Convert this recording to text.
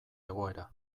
egoera